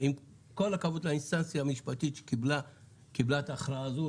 עם כל הכבוד לאינסטנציה המשפטית שקיבלה את ההכרעה הזאת,